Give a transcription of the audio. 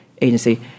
agency